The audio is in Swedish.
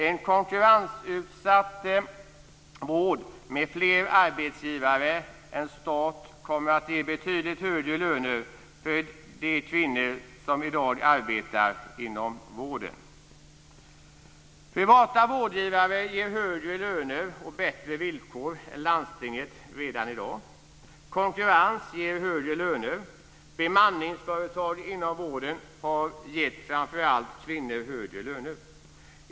En konkurrensutsatt vård med fler arbetsgivare än staten kommer att ge betydligt högre löner för de kvinnor som i dag arbetar inom vården. Privata vårdgivare ger högre löner och bättre villkor än landstinget redan i dag. Konkurrens ger högre löner. Bemanningsföretag inom vården har gett framför allt kvinnor högre löner.